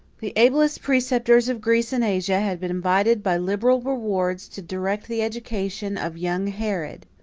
the ablest preceptors of greece and asia had been invited by liberal rewards to direct the education of young herod.